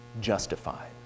justified